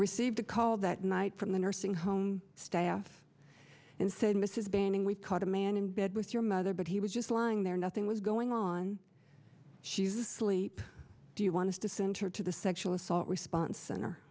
received a call that night from the nursing home staff and said mrs banning we caught a man in bed with your mother but he was just lying there nothing was going on she's asleep do you want to send her to the sexual assault response center